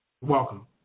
Welcome